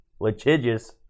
litigious